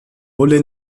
bulle